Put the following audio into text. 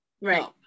Right